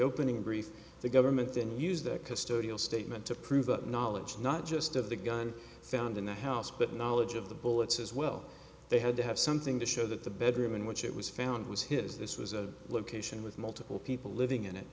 opening brief the government didn't use the custodial statement to prove that knowledge not just of the gun found in the house but knowledge of the bullets as well they had to have something to show that the bedroom in which it was found was his this was a location with multiple people living in it